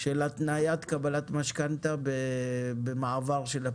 של התניית קבלת משכנתא במעבר של הפעילות.